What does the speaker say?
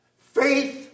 faith